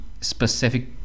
specific